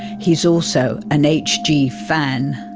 he is also an hg fan.